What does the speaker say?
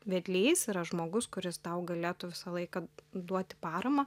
vedlys yra žmogus kuris tau galėtų visą laiką duoti paramą